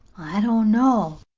i don't know.